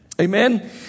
Amen